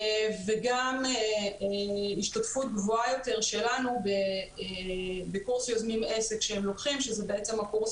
וגם השתתפות גבוהה יותר שלנו בקורס ש --- שזה הקורס